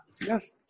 Yes